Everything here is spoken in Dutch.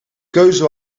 keuze